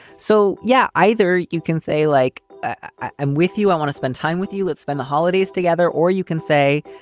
so, yeah. either you can say like i am with you, i want to spend time with you. let's spend the holidays together. or you can say,